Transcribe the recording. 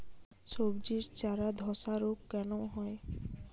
সবজির চারা ধ্বসা রোগ কেন হয়?